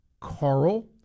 Carl